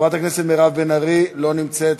חברת הכנסת מירב בן ארי, לא נמצאת.